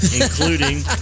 including